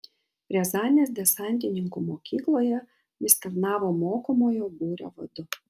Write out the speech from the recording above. riazanės desantininkų mokykloje jis tarnavo mokomojo būrio vadu